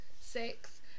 six